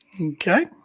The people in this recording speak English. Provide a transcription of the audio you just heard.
Okay